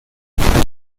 benito